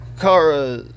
Kara